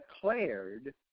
declared